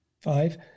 five